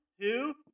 two